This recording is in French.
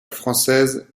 française